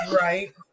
Right